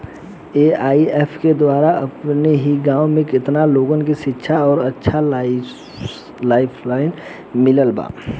AIF के द्वारा हमनी के गांव में केतना लोगन के शिक्षा और अच्छा लाइफस्टाइल मिलल बा